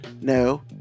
No